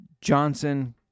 Johnson